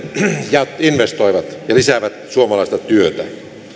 ja investoivat ja lisäävät suomalaista työtä olisin kysynyt